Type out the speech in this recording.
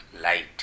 Light